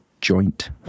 joint